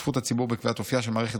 השתתפות הציבור בקביעת אופייה של המערכת